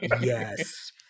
Yes